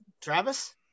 travis